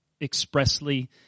expressly